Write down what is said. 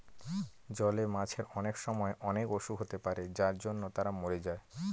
জলে মাছের অনেক সময় অনেক অসুখ হতে পারে যার জন্য তারা মরে যায়